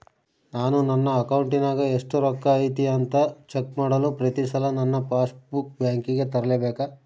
ನಾನು ನನ್ನ ಅಕೌಂಟಿನಾಗ ಎಷ್ಟು ರೊಕ್ಕ ಐತಿ ಅಂತಾ ಚೆಕ್ ಮಾಡಲು ಪ್ರತಿ ಸಲ ನನ್ನ ಪಾಸ್ ಬುಕ್ ಬ್ಯಾಂಕಿಗೆ ತರಲೆಬೇಕಾ?